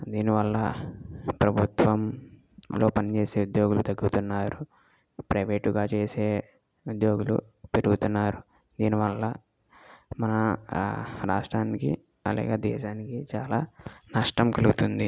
దీనివల్ల ప్రభుత్వంలో పనిచేసే ఉద్యోగులు తగ్గుతున్నారు ప్రైవేటుగా చేసే ఉద్యోగులు పెరుగుతున్నారు దీనివల్ల మన రాష్ట్రానికి అలాగే దేశానికి చాలా నష్టం కలుగుతుంది